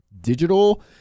digital